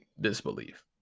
disbelief